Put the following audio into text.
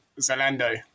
Zalando